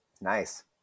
Nice